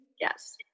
Yes